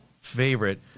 favorite